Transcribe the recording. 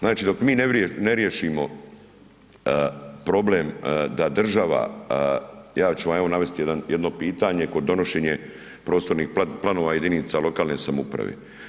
Znači dok mi ne riješimo problem da država, ja ću vam navesti jedno pitanje, kod donošenja prostornih planova jedinica lokalne samouprave.